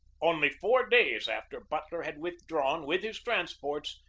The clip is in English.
only four days after butler had withdrawn with his trans ports,